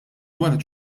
wara